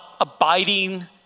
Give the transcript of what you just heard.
abiding